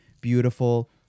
beautiful